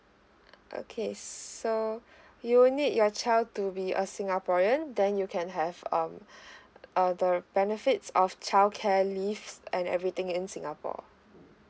okay so you will need your child to be a singaporean then you can have um uh the benefits of childcare leave and everything in singapore